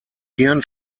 hirn